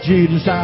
Jesus